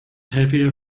heavier